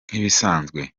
nk’ibisanzwe